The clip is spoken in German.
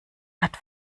hat